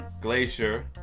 Glacier